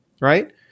right